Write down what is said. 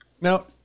now